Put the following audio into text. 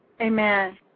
Amen